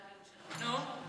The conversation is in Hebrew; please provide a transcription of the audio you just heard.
נו?